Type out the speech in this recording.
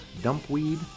Dumpweed